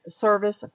service